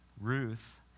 Ruth